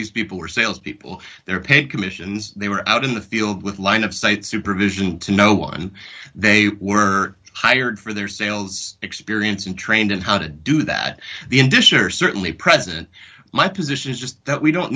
these people are salespeople they're paid commissions they were out in the field with line of sight supervision to no one they were hired for their sales experience and trained in how to do that the in disher certainly president my position is just that we don't